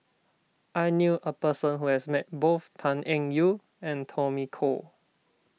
I knew a person who has met both Tan Eng Yoon and Tommy Koh